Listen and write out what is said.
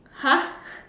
!huh!